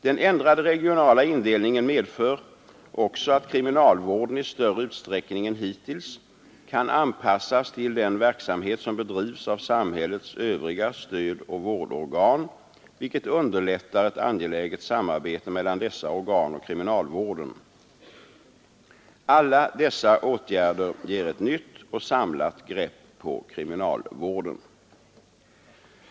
Den ändrade regionala indelningen medför också att kriminalvården i större utsträckning än hittills kan anpassas till den verksamhet som bedrivs av samhällets övriga stödoch vårdorgan, vilket underlättar ett angeläget samarbete mellan dessa organ och kriminalvården. Alla dessa åtgärder ger ett nytt och samlat grepp på kriminalvården.